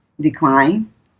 declines